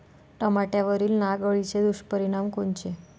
टमाट्यावरील नाग अळीचे दुष्परिणाम कोनचे?